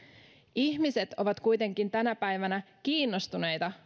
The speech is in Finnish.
ihmiset ovat kuitenkin tänä päivänä kiinnostuneita